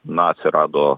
na atsirado